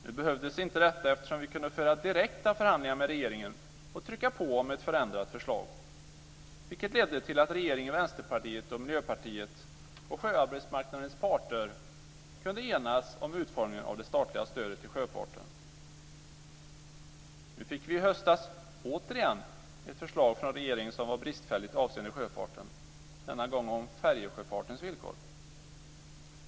Nu behövdes inte detta, eftersom vi kunde föra direkta förhandlingar med regeringen och trycka på om ett förändrat förslag, vilket ledde till att regeringen, Vänsterpartiet, Miljöpartiet och sjöarbetsmarknadens parter kunde enas om utformningen av det statliga stödet till sjöfarten. Nu fick vi i höstas återigen ett förslag från regeringen som var bristfälligt avseende sjöfarten, denna gång om färjesjöfartens villkor.